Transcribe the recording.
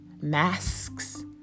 masks